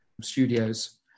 studios